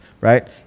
right